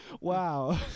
Wow